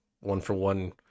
one-for-one